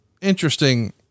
interesting